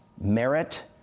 Merit